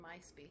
MySpace